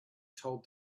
told